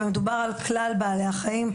ומדובר על כלל בעלי החיים,